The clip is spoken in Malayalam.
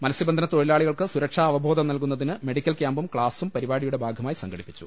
മത്സ്യബന്ധന തൊഴിലാളികൾക്ക് സുരക്ഷാ അവബോധം നൽകുന്ന തിന് മെഡിക്കൽ ക്യാമ്പും ക്ലാസും പരിപാടിയുടെ ഭാഗ മായി സംഘടിപ്പിച്ചു